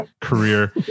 career